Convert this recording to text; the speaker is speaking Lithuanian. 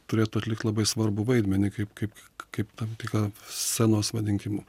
turėtų atlikt labai svarbų vaidmenį kaip kaip kaip tam tikra scenos vadinkim